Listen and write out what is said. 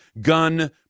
gun